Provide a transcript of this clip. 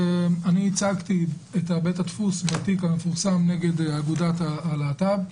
אני ייצגתי את בית הדפוס בתיק המפורסם נגד אגודת הלהט"ב.